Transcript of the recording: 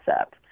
up